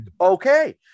okay